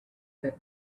that